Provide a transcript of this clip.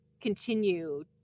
continue